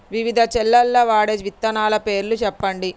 వివిధ చేలల్ల వాడే విత్తనాల పేర్లు చెప్పండి?